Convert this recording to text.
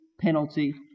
penalty